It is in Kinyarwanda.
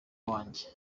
wanjye